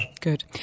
Good